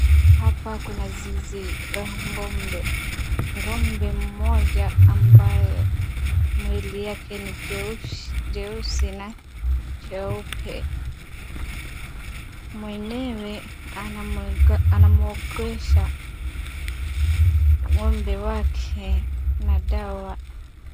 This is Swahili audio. Hapa kuna zizi la ng'ombe. Ng'ombe mmoja ambaye mwili yake ni jeusi na jeupe. Mwenyewe anamwogesha ng'ombe wake na dawa.